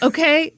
Okay